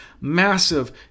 massive